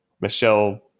Michelle